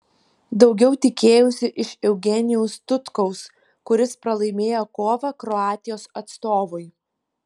daugiau tikėjausi iš eugenijaus tutkaus kuris pralaimėjo kovą kroatijos atstovui